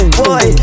boy